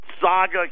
saga